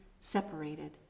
separated